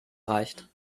reicht